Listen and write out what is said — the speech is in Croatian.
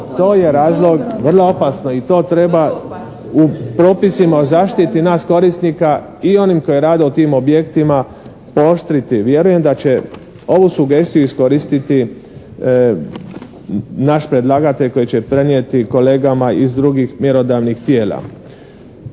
To je razlog vrlo opasno i to treba u propisima o zaštiti nas korisnika i onih koji rade u tim objektima pooštriti. Vjerujem da će ovu sugestiju iskoristiti naš predlagatelj koji će prenijeti kolegama iz drugih mjerodavnih tijela.